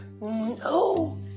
No